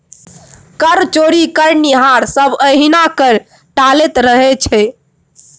कर चोरी करनिहार सभ एहिना कर टालैत रहैत छै